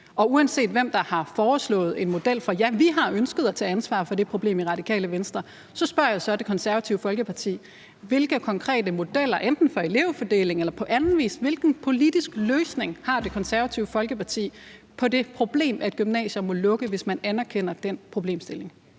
og uanset hvem der har foreslået en model, ja, så har vi ønsket at tage ansvar for det problem i Radikale Venstre. Så spørger jeg så Det Konservative Folkeparti: Hvilke konkrete modeller enten for elevfordeling eller på anden vis, altså hvilken politisk løsning har Det Konservative Folkeparti på det problem, at gymnasier må lukke, hvis man anerkender den problemstilling?